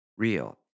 real